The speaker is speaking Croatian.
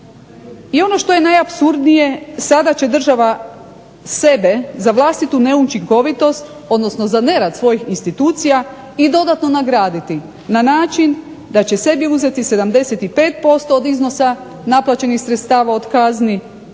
I ono što je najapsurdnije sada će država sebe za vlastitu neučinkovitost, odnosno za nerad svojih institucija i dodatno nagraditi na način da će sebi uzeti 75% od iznosa naplaćenih sredstava od kazni